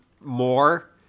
more